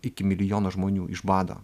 iki milijono žmonių iš bado